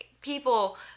people